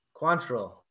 Quantrill